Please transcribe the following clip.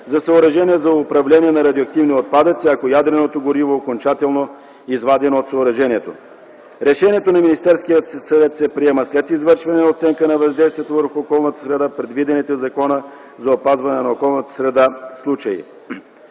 за съоръжение за управление на радиоактивни отпадъци, ако ядреното гориво окончателно е изведено от съоръжението”. Решението на Министерския съвет се приема след извършване на оценка за въздействието върху околната среда, предвидените в Закона за опазване на околната среда случаи.